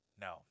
No